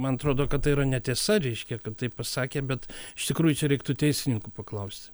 man atrodo kad tai yra netiesa reiškia kad taip pasakė bet iš tikrųjų čia reiktų teisininkų paklausti